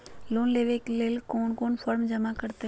Loan लेवे ले कोन कोन फॉर्म जमा करे परते?